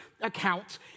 accounts